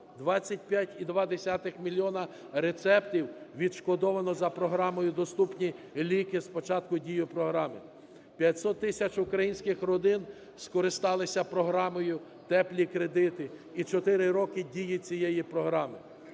25,2 мільйона рецептів відшкодовано за програмою "Доступні ліки" з початку дії програми; 500 тисяч українських родин скористалися програмою "Теплі кредити", і чотири роки дії цієї програми.